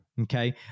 Okay